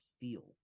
feel